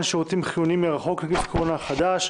שירותים חיוניים מרחוק (נגיף הקורונה החדש,